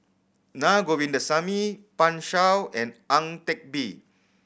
Na Govindasamy Pan Shou and Ang Teck Bee